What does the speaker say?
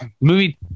movie